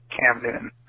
Camden